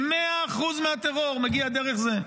100% מהטרור מגיע דרך זה.